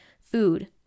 food